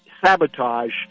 sabotage